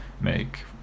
make